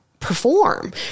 Perform